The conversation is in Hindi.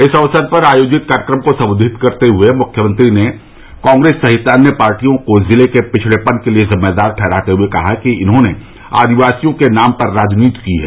इस अवसर पर आयोजित कार्यक्रम को संबेधित करते हए मुख्यमंत्री ने कांग्रेस सहित अन्य पार्टियों को जिले के पिछड़ेपन के लिए जिम्मेदार ठहराते हए कहा कि इन्होंने आदिवासियों के नाम पर राजनीति की है